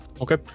okay